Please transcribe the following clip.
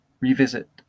revisit